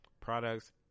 Products